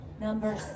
Number